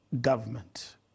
government